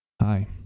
Hi